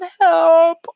help